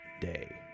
day